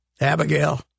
Abigail